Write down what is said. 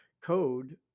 code